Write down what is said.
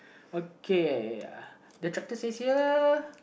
okay the tractor says here